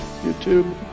YouTube